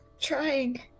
Trying